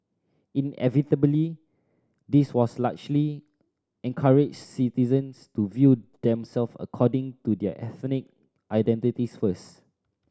inevitably this was largely encouraged citizens to view themselves according to their ethnic identities first